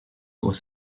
was